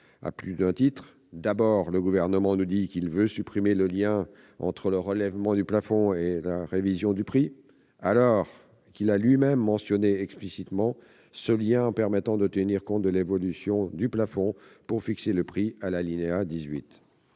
à plus d'un titre. D'abord, le Gouvernement nous dit qu'il veut supprimer le lien entre le relèvement du plafond de l'Arenh et la révision du prix, alors qu'il a lui-même mentionné explicitement ce lien, à l'alinéa 18, en permettant de tenir compte de l'évolution du plafond pour fixer le prix. Ensuite,